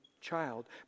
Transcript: child